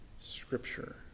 scripture